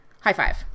High-five